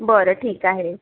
बरं ठीक आहे